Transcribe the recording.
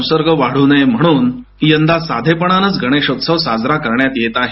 संसर्ग वाढू नये म्हणून यंदा साधेपणानेच गणेशोत्सव साजरा करण्यात येत आहे